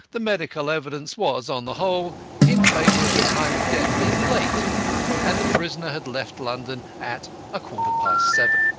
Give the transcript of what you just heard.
the medical evidence was on the whole in favour of the time of death being late and the prisoner had left london at a quarter-past seven.